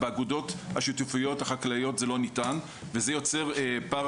באגודות החקלאיות השיתופיות זה לא ניתן וזה יוצר פער